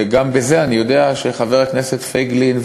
וגם בזה אני יודע שחבר הכנסת פייגלין,